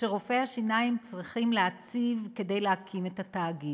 שרופאי השיניים צריכים להציב כדי להקים את התאגיד.